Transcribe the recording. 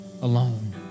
alone